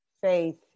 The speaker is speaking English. faith